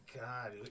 God